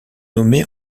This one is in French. nommée